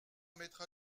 mettra